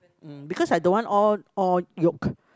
mm because I don't want all all yolk